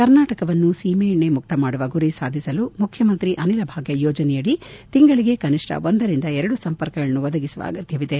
ಕರ್ನಾಟಕವನ್ನು ಸೀಮೆಎಣ್ಣೆ ಮುಕ್ತ ಮಾಡುವ ಗುರಿಸಾಧಿಸಲು ಮುಖ್ಯಮಂತ್ರಿ ಅನಿಲಭಾಗ್ಯ ಯೋಜನೆಯಡಿ ತಿಂಗಳಗೆ ಕನಿಷ್ಠ ಒಂದರಿಂದ ಎರಡು ಸಂಪರ್ಕಗಳನ್ನು ಒದಗಿಸುವ ಅಗತ್ಯವಿದೆ